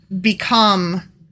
become